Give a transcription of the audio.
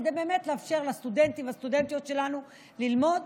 כדי באמת לאפשר הסטודנטים והסטודנטיות שלנו ללמוד.